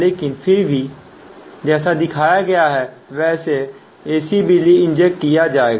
लेकिन फिर भी जैसे दिखाया गया है वैसे ही बिजली इंजेक्ट किया जाएगा